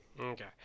okay